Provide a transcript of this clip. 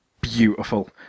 beautiful